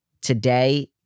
today